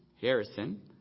Harrison